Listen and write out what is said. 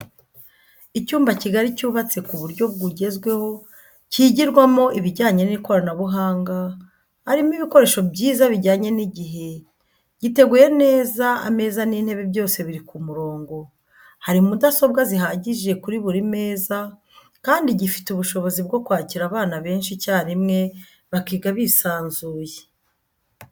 Icyumba kigari cyubatse ku buryo bwugezweho kigirwamo ibijyanye n'ikoranabuhanga harimo ibikoresho byiza bijyanye n'igihe, giteguye neza ameza n'intebe byose biri ku murongo ,hari mudasobwa zihagije kuri buri meza kandi gifite ubushobozi bwo kwakira abana benshi icyarimwe bakiga bisanzuye.